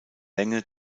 länge